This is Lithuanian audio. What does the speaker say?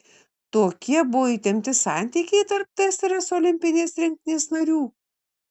tokie buvo įtempti santykiai tarp tsrs olimpinės rinktinės narių